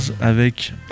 avec